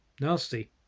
nasty